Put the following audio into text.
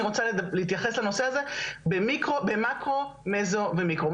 רוצה להתייחס לנושא הזה במאקרו מזו ומיקרו.